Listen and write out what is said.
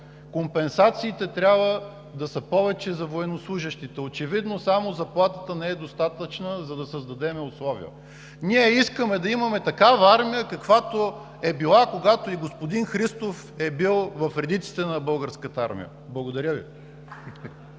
Компенсациите трябва да са повече за военнослужещите. Очевидно само заплатата не е достатъчна, за да създадем условия. Ние искаме да имаме такава армия, каквато е била, когато и господин Христов е бил в редиците на Българската армия. Благодаря Ви.